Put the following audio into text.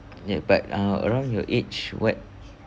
ya but uh around your age what